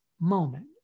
moment